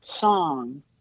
song